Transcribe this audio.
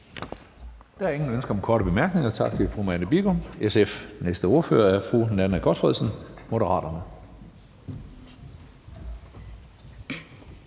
Der er ingen ønsker om korte bemærkninger. Tak til fru Marianne Bigum, SF. Næste ordfører er fru Nanna W. Gotfredsen, Moderaterne.